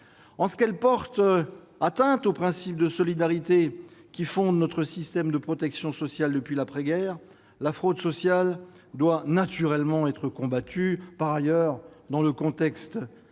en un ? Attentatoire au principe de solidarité qui fonde notre système de protection sociale depuis l'après-guerre, la fraude sociale doit naturellement être combattue. Par ailleurs, dans le contexte